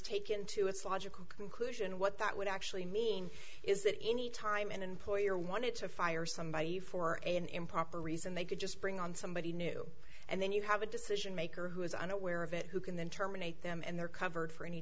taken to its logical conclusion what that would actually mean is that any time an employer wanted to fire somebody for an improper reason they could just bring on somebody new and then you have a decision maker who is unaware of it who can then terminate them and they're covered for any